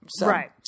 right